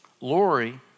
Lori